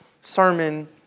sermon